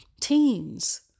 teens